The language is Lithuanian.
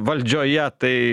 valdžioje tai